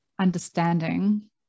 understanding